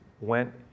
went